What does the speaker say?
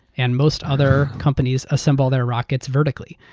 and most other companies assemble their rockets vertically.